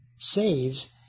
saves